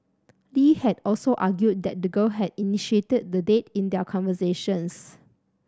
Lee had also argued that the girl had initiated the date in their conversations